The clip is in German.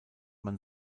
man